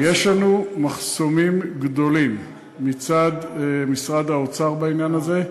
יש לנו מחסומים גדולים מצד משרד האוצר בעניין הזה.